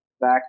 back